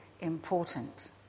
important